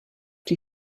die